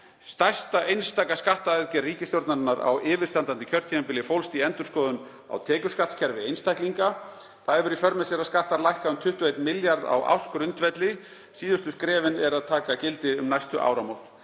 Stærsta einstaka skattaaðgerð ríkisstjórnarinnar á yfirstandandi kjörtímabili fólst í endurskoðun á tekjuskattskerfi einstaklinga. Hefur það í för með sér að skattar lækka um 21 milljarð á ársgrundvelli. Síðustu skrefin taka gildi um áramót.